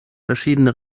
verschiedene